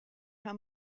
how